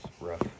rough